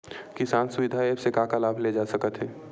किसान सुविधा एप्प से का का लाभ ले जा सकत हे?